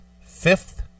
Fifth